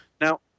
Now